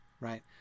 Right